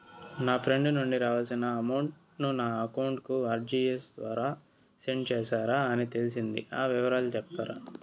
నా ఫ్రెండ్ నుండి రావాల్సిన అమౌంట్ ను నా అకౌంట్ కు ఆర్టిజియస్ ద్వారా సెండ్ చేశారు అని తెలిసింది, ఆ వివరాలు సెప్తారా?